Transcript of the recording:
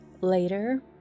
later